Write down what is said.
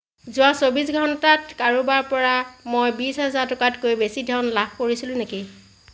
যোৱা চৌব্বিছ ঘণ্টাত কাৰোবাৰ পৰা মই বিছ হেজাৰ টকাতকৈ বেছি ধন লাভ কৰিছিলোঁ নেকি